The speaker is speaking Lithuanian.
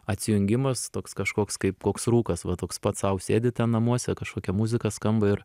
atsijungimas toks kažkoks kaip koks rūkas va toks pats sau sėdi ten namuose kažkokia muzika skamba ir